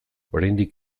oraindik